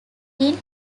tin